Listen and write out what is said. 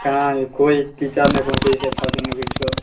कहाँ कोइ टीचर नहि पहुँचै छै अच्छासँ नहि किछु